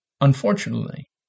Unfortunately